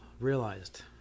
realized